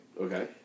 Okay